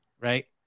right